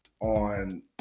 on